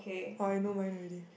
or you know mine already